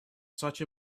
such